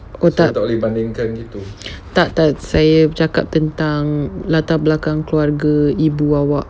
oh tak tak tak saya cakap tentang mm latar belakang keluarga ibu awak